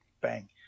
bang